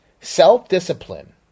Self-discipline